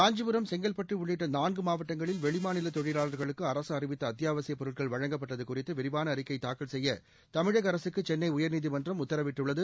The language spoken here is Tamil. காஞ்சிபுரம் செங்கல்பட்டு உள்ளிட்ட நான்கு மாவட்டங்களில் வெளிமாநில தொழிலாளா்களுக்கு அரசு அறிவித்த அத்தியாவசியப் பொருட்கள் வழங்கப்பட்டது குறித்து விரிவாள அறிக்கை தாக்கல் செய்ய தமிழக அரசுக்கு சென்னை உயர்நீதிமன்றம் உத்தரவிட்டுள்ளது